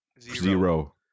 Zero